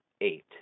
eight